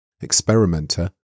experimenter